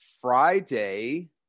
Friday